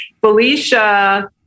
Felicia